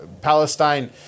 Palestine